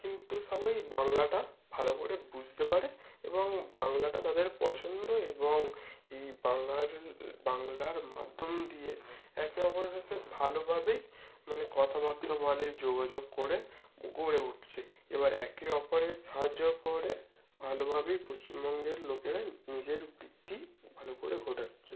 কিন্তু সবাই বাংলাটা ভালো করে বুঝতে পারে এবং বাংলাটা তাদের পছন্দ এবং এই বাংলাটার বাংলার মাধ্যম দিয়ে একে অপরের সাথে ভালোভাবে মানে কথাবার্তা বলে যোগাযোগ করে গড়ে উঠছে এবার একে অপরের সাহায্য করে ভালোভাবেই পশ্চিমবঙ্গের লোকেরা নিজের বৃদ্ধি ভালো করে ঘটাচ্ছে